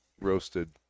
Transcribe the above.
Roasted